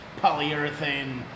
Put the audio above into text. polyurethane